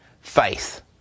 faith